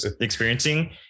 experiencing